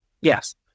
Yes